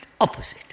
opposite